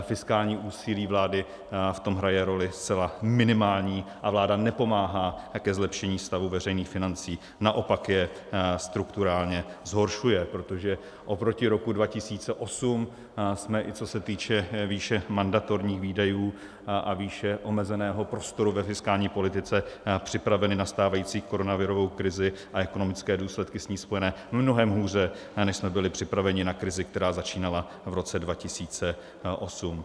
Fiskální úsilí vlády v tom hraje roli zcela minimální a vláda nepomáhá ke zlepšení stavu veřejných financí, naopak je strukturálně zhoršuje, protože oproti roku 2008 jsme, i co se týče výše mandatorních výdajů a výše omezeného prostoru ve fiskální politice, připraveni na stávající koronavirovou krizi a ekonomické důsledky s ní spojené mnohem hůře, než jsme byli připraveni na krizi, která začínala v roce 2008.